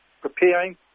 preparing